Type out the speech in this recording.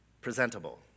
presentable